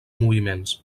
moviments